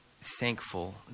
thankful